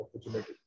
opportunity